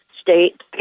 state